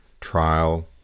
trial